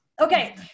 Okay